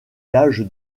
l’âge